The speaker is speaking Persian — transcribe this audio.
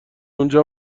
اونجا